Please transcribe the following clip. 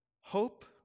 hope